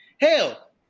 Hell